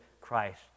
Christ